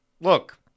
look